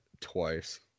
twice